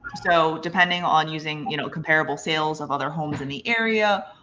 so depending on using you know comparable sales of other homes in the area,